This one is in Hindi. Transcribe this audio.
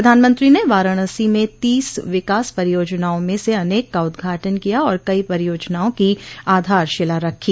प्रधानमंत्री ने वाराणसी में तीस विकास परियोजनाओं में से अनेक का उद्घाटन किया और कई परियोजनाओं की आधारशिला रखी